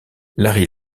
larry